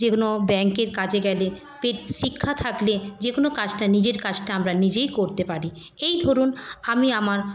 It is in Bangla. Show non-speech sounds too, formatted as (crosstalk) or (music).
যেগুলো ব্যাঙ্কের কাজে গেলে (unintelligible) শিক্ষা থাকলে যে কোনো কাজটা নিজের কাজটা আমরা নিজেই করতে পারি এই ধরুন আমি আমার